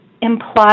implied